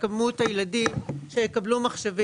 במיוחד לצווארון לבן זה סוג של הוסטל או אזיק אלקטרוני בקהילה,